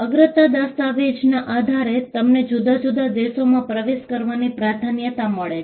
અગ્રતા દસ્તાવેજના આધારે તમને જુદા જુદા દેશોમાં પ્રવેશ કરવાની પ્રાધાન્યતા મળે છે